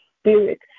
spirit